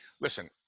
Listen